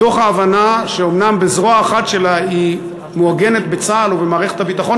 מתוך ההבנה שאומנם בזרוע האחת שלה היא מעוגנת בצה"ל ובמערכת הביטחון,